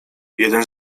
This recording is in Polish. jeden